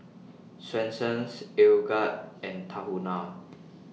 Swensens Aeroguard and Tahuna